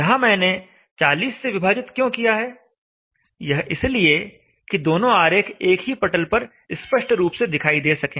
यहां मैंने 40 से विभाजित क्यों किया है यह इसलिए कि दोनों आरेख एक ही पटल पर स्पष्ट रूप से दिखाई दे सकें